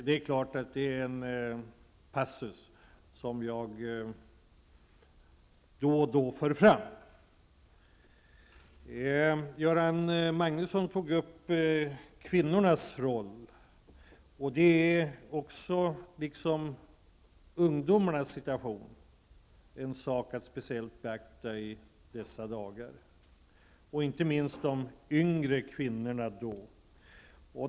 Det är klart att detta är en passus som jag då och då för fram. Göran Magnusson tog upp kvinnornas roll. Denna roll, liksom ungdomarnas situation, är något som man i dessa dagar måste speciellt beakta. Inte minst gäller detta de yngre kvinnorna.